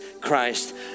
Christ